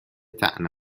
طعنه